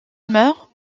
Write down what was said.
meurt